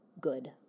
good